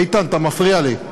איתן, אתה מפריע לי.